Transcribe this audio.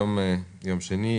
היום יום שני,